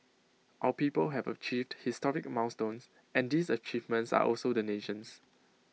our people have achieved historic milestones and these achievements are also the nation's